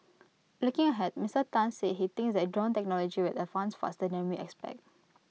looking ahead Mister Tan said he thinks that drone technology will advance faster than we expect